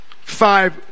five